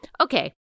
okay